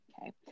Okay